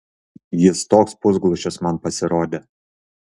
jis toks pusglušis man pasirodė